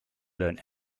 learn